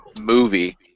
movie